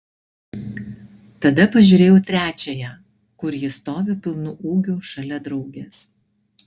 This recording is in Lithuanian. tada pažiūrėjau trečiąją kur ji stovi pilnu ūgiu šalia draugės